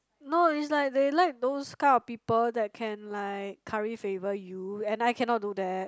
no it's like they like those kind of people that can like curry favor you and I cannot do that